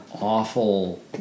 awful